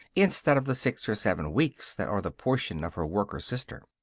instead of the six or seven weeks that are the portion of her worker-sister.